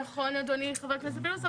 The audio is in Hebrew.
נכון אדוני, חבר הכנסת פינדרוס.